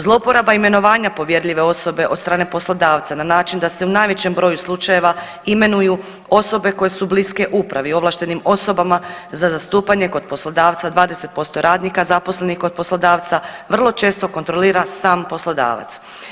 Zlouporaba imenovanja povjerljive osobe od strane poslodavca na način da se u najvećem broju slučajeva imenuju osobe koje su bliske upravi, ovlaštenim osobama za zastupanje kod poslodavca 20% radnika zaposlenih kod poslodavca vrlo često kontrolira sam poslodavac.